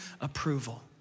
approval